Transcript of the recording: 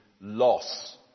loss